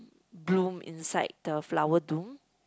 bloom inside the flower dome